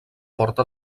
porta